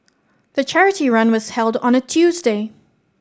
the charity run was held on a Tuesday